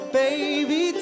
baby